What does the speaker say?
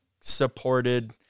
supported